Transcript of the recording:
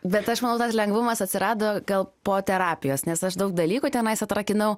bet aš manau tas lengvumas atsirado gal po terapijos nes aš daug dalykų tenais atrakinau